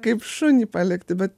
kaip šunį palikti be